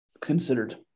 considered